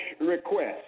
request